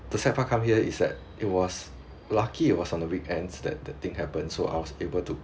the sad point come here is that it was lucky it was on a weekends that the thing happen so I was able to